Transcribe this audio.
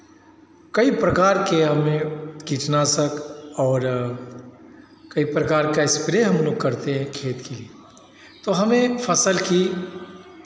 कई प्रकार के हमें कीटनाशक और कई प्रकार के स्प्रे हमलोग करते हैं खेत की तो हमें फसल की